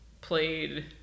played